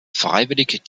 freiwillig